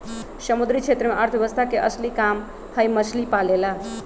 समुद्री क्षेत्र में अर्थव्यवस्था के असली काम हई मछली पालेला